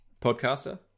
Podcaster